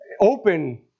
open